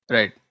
Right